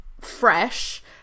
fresh